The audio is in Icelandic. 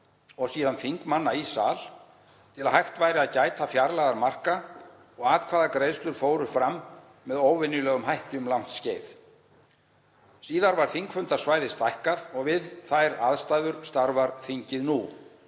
og síðan þingmanna í sal til að hægt væri að gæta fjarlægðarmarka og atkvæðagreiðslur fóru fram með óvenjulegum hætti um langt skeið. Síðar var þingfundasvæði stækkað og við þær aðstæður starfar þingið nú,